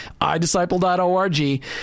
iDisciple.org